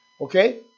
Okay